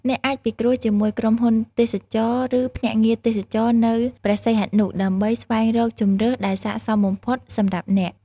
អ្នកអាចពិគ្រោះជាមួយក្រុមហ៊ុនទេសចរណ៍ ឬភ្នាក់ងារទេសចរណ៍នៅព្រះសីហនុដើម្បីស្វែងរកជម្រើសដែលស័ក្តិសមបំផុតសម្រាប់អ្នក។